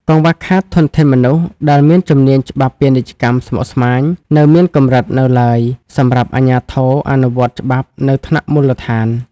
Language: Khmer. កង្វះខាតធនធានមនុស្សដែលមានជំនាញច្បាប់ពាណិជ្ជកម្មស្មុគស្មាញ នៅមានកម្រិតនៅឡើយសម្រាប់អាជ្ញាធរអនុវត្តច្បាប់នៅថ្នាក់មូលដ្ឋាន។